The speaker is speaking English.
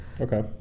Okay